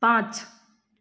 पांच